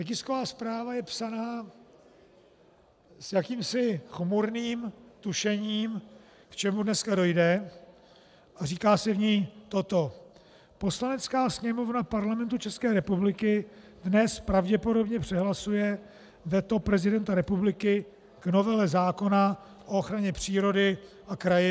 Ta tisková zpráva je psaná s jakýmsi chmurným tušením, k čemu dneska dojde, a říká se v ní toto: Poslanecká sněmovna Parlamentu České republiky dnes pravděpodobně přehlasuje veto prezidenta republiky k novele zákona o ochraně přírody a krajiny.